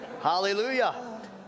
Hallelujah